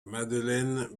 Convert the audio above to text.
madeleine